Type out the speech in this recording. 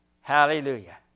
Hallelujah